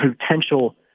potential